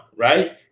Right